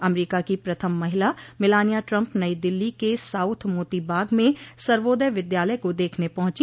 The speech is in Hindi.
अमरीका की प्रथम महिला मलानिया ट्रम्प नई दिल्ली के साउथ मोती बाग में सर्वोदय विद्यालय को देखने पहुंची